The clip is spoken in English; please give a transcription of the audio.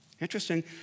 interesting